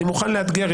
אני מוכן לאתגר,